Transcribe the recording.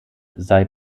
sei